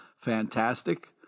fantastic